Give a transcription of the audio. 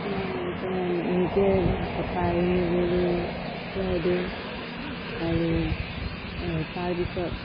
কিছুমান এনেকৈ নিজে গোটাই মেলি খোৱাই দিওঁ আৰু তাৰপিছত